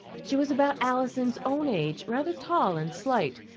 she was about alison's own age, rather tall and slight,